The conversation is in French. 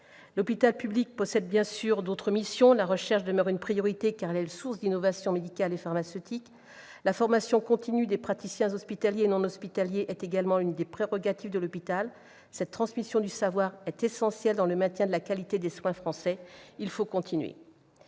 L'hôpital public exerce d'autres missions. La recherche demeure une priorité, car elle est source d'innovations médicales et pharmaceutiques. La formation continue des praticiens hospitaliers et non hospitaliers est également l'une des prérogatives de l'hôpital ; cette transmission du savoir est essentielle pour le maintien de la qualité des soins français ; il faut continuer.